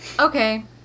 okay